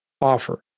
offer